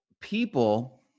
people